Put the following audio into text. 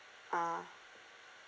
ah